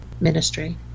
ministry